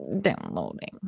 downloading